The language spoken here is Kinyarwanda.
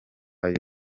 ayo